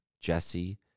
Jesse